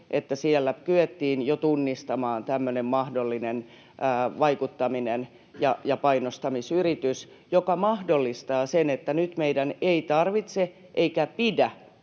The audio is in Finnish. että siellä kyettiin jo tunnistamaan tämmöinen mahdollinen vaikuttaminen ja painostamisyritys, mikä mahdollistaa sen, että nyt meidän ei tarvitse eikä pidä